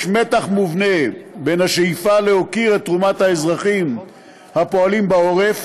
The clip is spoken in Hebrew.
מתח מובנה בין השאיפה להוקיר את תרומת האזרחים הפועלים בעורף